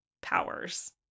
powers